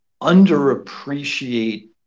underappreciate